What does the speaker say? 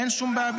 אין שום בעיה,